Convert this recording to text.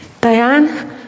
Diane